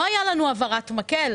לא הייתה לנו העברת מקל.